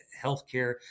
healthcare